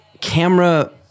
camera